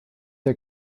der